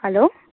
hello